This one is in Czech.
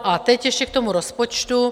A teď ještě k tomu rozpočtu.